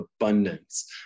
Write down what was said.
abundance